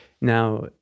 Now